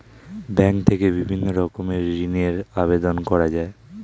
bank থেকে বিভিন্ন রকমের ঋণের আবেদন করা যায়